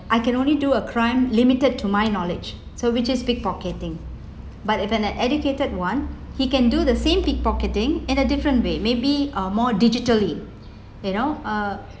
I can only do a crime limited to my knowledge so which is pick pocketing but if an educated [one] he can do the same pick pocketing in a different way maybe uh more digitally they know uh